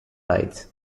rights